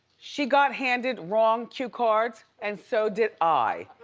she got handed wrong queue cards and so did i.